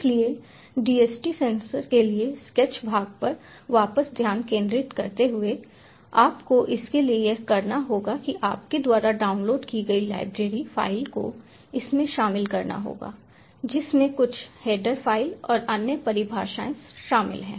इसलिए DHT sensor के लिए स्केच भाग पर वापस ध्यान केंद्रित करते हुए आपको इसके लिए यह करना होगा कि आपके द्वारा डाउनलोड की गई लाइब्रेरी फ़ाइल को इसमें शामिल करना होगा जिसमें कुछ हेडर फ़ाइल और अन्य परिभाषाएँ शामिल हैं